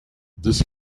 this